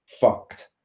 fucked